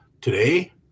today